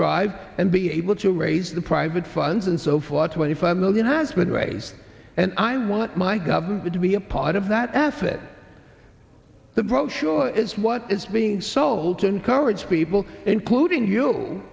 drive and be able to raise the private funds and so for twenty five million has been raised and i want my government to be a part of that asset the brochure is what is being sold to encourage people including you